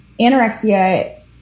anorexia